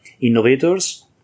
innovators